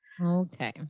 okay